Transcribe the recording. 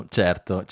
certo